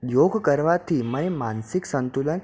યોગ કરવાથી મારી માનસિક સંતુલન